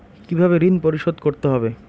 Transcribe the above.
কিভাবে ঋণ পরিশোধ করতে হবে?